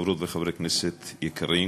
חברות וחברי כנסת יקרים,